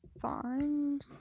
find